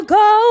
go